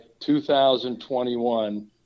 2021